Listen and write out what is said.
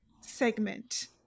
segment